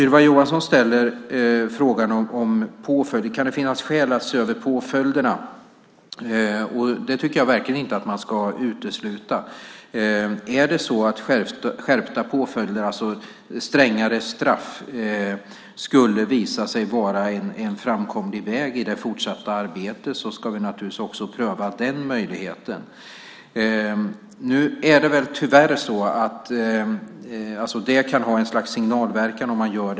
Ylva Johansson ställer frågan om påföljderna och om det kan finnas skäl att se över dem. Jag tycker verkligen inte att man ska utesluta det. Om det är så att skärpta påföljder, alltså strängare straff, skulle visa sig vara en framkomlig väg i det fortsatta arbetet ska vi naturligtvis också pröva den möjligheten. Det kan ha ett slags signalverkan.